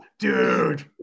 Dude